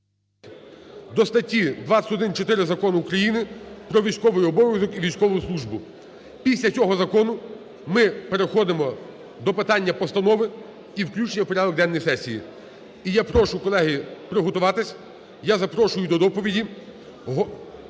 до статті 21-4 Закону України "Про військовий обов'язок і військову службу". Після цього закону ми переходимо до питання постанов і включення у порядок денний сесії. І я прошу, колеги, приготуватися. Я запрошу до доповіді